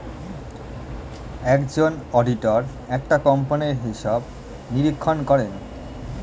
একজন অডিটর একটা কোম্পানির হিসাব নিরীক্ষণ করেন